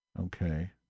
Okay